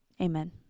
amen